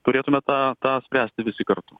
turėtume tą tą spręsti visi kartu